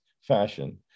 fashion